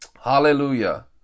Hallelujah